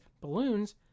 balloons